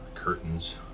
curtains